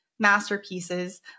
masterpieces